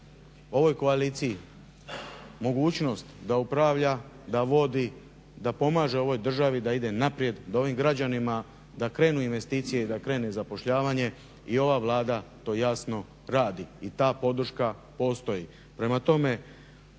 ovoj koaliciji mogućnost da upravlja, da vodi da pomaže ovoj državi da ide naprijed da ovim građanima da krenu investicije i da krene zapošljavanje i ova Vlada to jasno radi i ta podrška postoji.